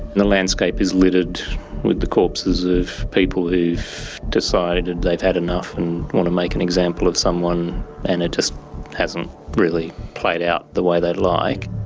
and the landscape is littered with the corpses of people who've decided and they've had enough and want to make an example of someone and it just hasn't really played out the way they'd like.